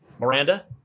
Miranda